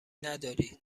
نداری